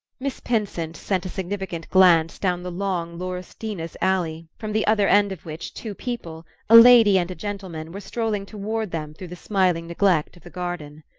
miss pinsent sent a significant glance down the long laurustinus alley from the other end of which two people a lady and gentleman were strolling toward them through the smiling neglect of the garden.